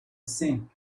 sink